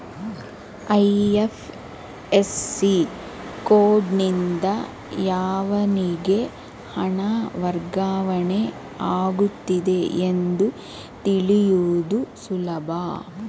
IFSC ಕೋಡ್ನಿಂದ ಯಾವನಿಗೆ ಹಣ ವರ್ಗಾವಣೆ ಆಗುತ್ತಿದೆ ಎಂದು ತಿಳಿಸುವುದು ಸುಲಭ